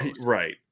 right